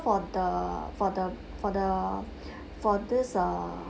for the for the for the for this uh